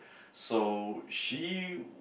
so she